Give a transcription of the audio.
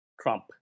Trump